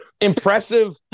impressive